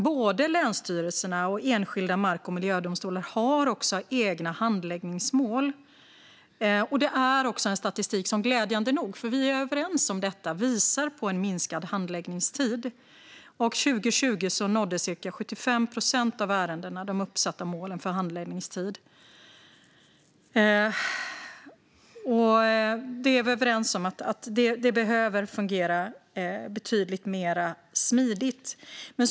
Både länsstyrelserna och enskilda mark och miljödomstolar har egna handläggningsmål, och statistiken visar glädjande nog på en minskad handläggningstid. År 2020 nådde cirka 75 procent av ärendena den uppsatta handläggningstiden. Vi är dock överens om att detta behöver fungera betydligt smidigare.